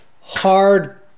hard